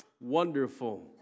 wonderful